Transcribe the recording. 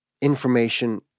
Information